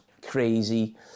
crazy